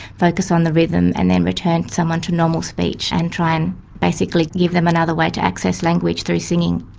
focus on the rhythm, and then returned someone to normal speech and try and basically give them another way to access language through singing.